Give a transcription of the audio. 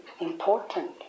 important